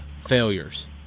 failures